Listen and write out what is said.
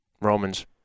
Romans